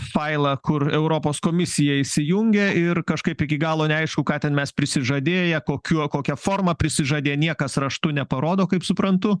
failą kur europos komisija įsijungia ir kažkaip iki galo neaišku ką ten mes prisižadėję kokių kokią forma prisižadė niekas raštu neparodo kaip suprantu